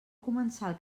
comensal